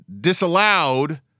disallowed